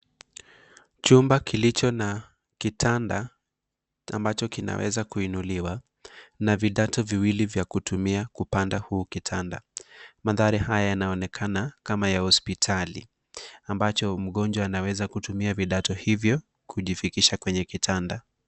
Chumba kilicho na kitanda ambacho kina weza kuiniliwa na vidato viwili vinavyo weza kutumia kupanda huu kitanda. Mandhari haya yanaonekana kama ya hospitali ambacho mgonjwa anaweza kutumia vidato hivyo kuweza kupanda kwenya kitanda.